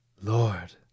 Lord